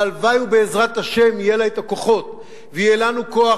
והלוואי שבעזרת השם יהיו לה הכוחות ויהיה לנו כוח,